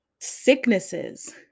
sicknesses